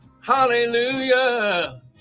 Hallelujah